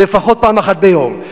לפחות פעם אחת ביום.